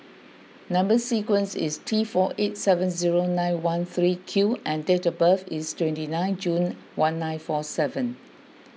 Number Sequence is T four eight seven zero nine one three Q and date of birth is twenty nine June one nine four seven